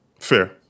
fair